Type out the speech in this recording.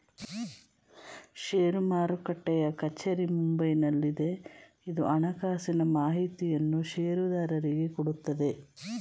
ಷೇರು ಮಾರುಟ್ಟೆಯ ಕಚೇರಿ ಮುಂಬೈನಲ್ಲಿದೆ, ಇದು ಹಣಕಾಸಿನ ಮಾಹಿತಿಯನ್ನು ಷೇರುದಾರರಿಗೆ ಕೊಡುತ್ತದೆ